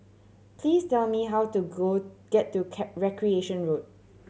please tell me how to go get to Recreation Road